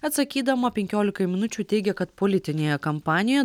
atsakydama penkiolikai minučių teigė kad politinėje kampanijoje